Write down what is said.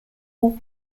all